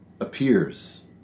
appears